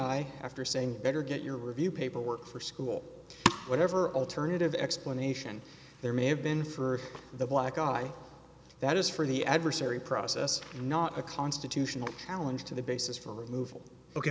eye after saying better get your review paperwork for school whatever alternative explanation there may have been for the black eye that is for the adversary process not a constitutional challenge to the basis for removal ok